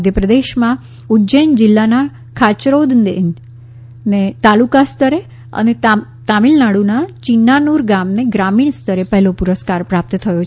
મધ્યપ્રદેશમાં ઉજ્જૈન જિલ્લાના ખાયરૌદનેદને તાલુકા સ્તરે અને તમિલનાડુના ચિન્નાનુર ગામને ગ્રામીણ સ્તરે પહેલો પુરસ્કાર પ્રાપ્ત થયો છે